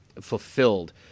fulfilled